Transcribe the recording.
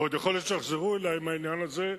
ועוד יכול להיות שיחזרו אלי עם העניין הזה,